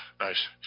Nice